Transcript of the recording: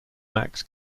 max